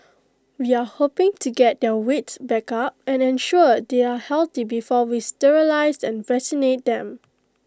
we are hoping to get their weight back up and ensure they are healthy before we sterilise and vaccinate them